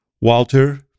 Walter